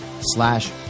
slash